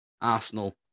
Arsenal